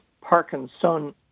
parkinson